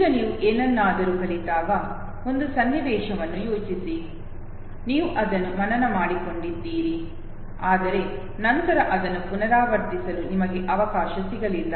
ಈಗ ನೀವು ಏನನ್ನಾದರೂ ಕಲಿತಾಗ ಒಂದು ಸನ್ನಿವೇಶವನ್ನು ಯೋಚಿಸಿ ನೀವು ಅದನ್ನು ಮನನ ಮಾಡಿಕೊಂಡಿದ್ದೀರಿ ಆದರೆ ನಂತರ ಅದನ್ನು ಪುನರಾವರ್ತಿಸಲು ನಿಮಗೆ ಅವಕಾಶ ಸಿಗಲಿಲ್ಲ